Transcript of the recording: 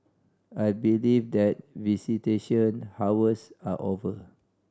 I believe that visitation hours are over